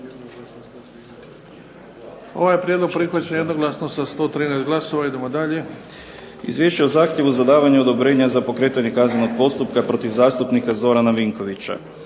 Ovaj prijedlog prihvaćen je jednoglasno, sa 113 glasova. Idemo dalje. **Sesvečan, Damir (HDZ)** Izvješće o zahtjevu za davanje odobrenja za pokretanja kaznenog postupka protiv zastupnika Zorana Vinkovića.